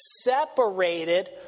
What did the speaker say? separated